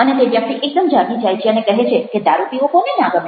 અને તે વ્યક્તિ એકદમ જાગી જાય છે અને કહે છે કે દારૂ પીવો કોને ના ગમે